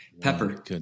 pepper